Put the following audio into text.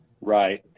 Right